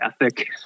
ethic